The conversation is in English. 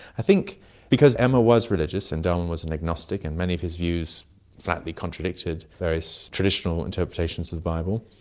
i think because emma was religious and darwin was an agnostic and many of his views flatly contradicted various traditional interpretations of the bible,